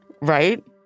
right